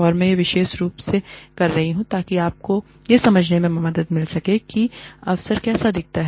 और मैं यह विशेष रूप से कर रहा हूं ताकि आपको यह समझने में मदद मिल सके कि अवसर कैसे दिखता है